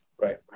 Right